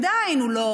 עדיין הוא לא